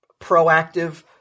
proactive